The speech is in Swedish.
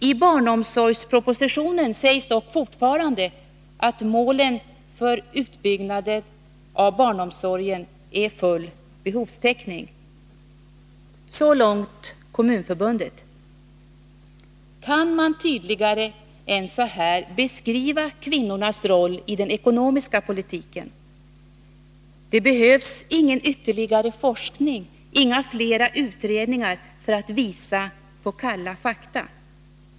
I barnomsorgspropositionen sägs dock fortfarande att målet för utbyggnaden av barnomsorgen är full behovstäckning.” Kan man tydligare än så här beskriva kvinnornas roll i den ekonomiska politiken? Det behövs ingen ytterligare forskning, inga flera utredningar för att visa på kalla fakta.